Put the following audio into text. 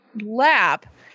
lap